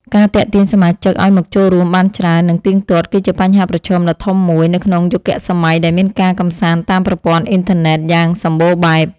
ការទាក់ទាញសមាជិកឱ្យមកចូលរួមបានច្រើន និងទៀងទាត់ គឺជាបញ្ហាប្រឈមដ៏ធំមួយ នៅក្នុងយុគសម័យដែលមានការកម្សាន្តតាមប្រព័ន្ធអុីនធឺណិតយ៉ាងសម្បូរបែប។